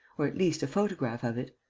or at least a photograph of it.